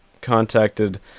contacted